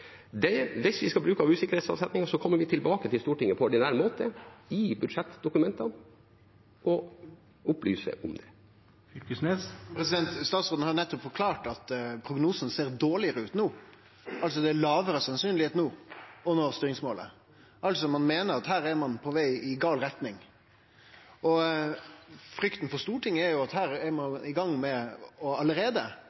vi skal bruke av usikkerhetsavsetningen, må vi tilbake til Stortinget på ordinær måte i budsjettdokumentene og opplyse om det. Statsråden har nettopp forklart at prognosen ser dårlegare ut no. Det er altså mindre sannsynleg no å nå styringsmålet – altså meiner ein at ein er på veg i gal retning. Frykta til Stortinget er at ein alt er